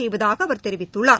செய்வதாகஅவர் தெரிவித்துள்ளார்